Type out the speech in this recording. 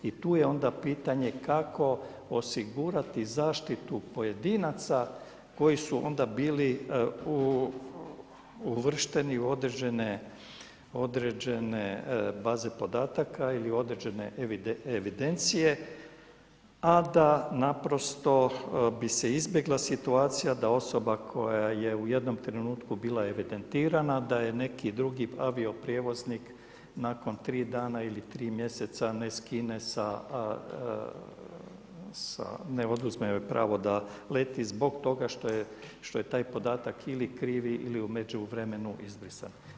I tu je onda pitanje, kako osigurati zaštitu pojedinaca koji su onda bili uvršteni u određene baze podataka ili određene evidencije, a da naprosto bi se izbjegla situacija, da osoba koja je u jednom trenutku bila evidentirana, da je neki drugi avio prijevoznik, nakon 3 dana ili 3 mjeseca ne skine sa, ne oduzme joj pravo da leti, zbog toga što je taj podatak ili krivi ili u međuvremenu izbrisan.